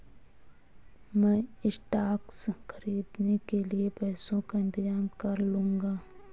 मैं स्टॉक्स खरीदने के पैसों का इंतजाम कर लूंगा